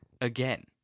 again